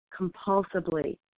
compulsively